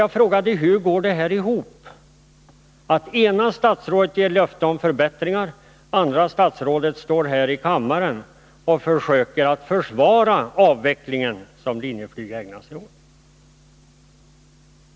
Jag frågade: Hur går detta ihop? Det ena statsrådet ger löfte om förbättringar, det andra statsrådet står här i kammaren och försöker försvara den avveckling Linjeflyg ägnat sig åt.